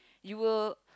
you will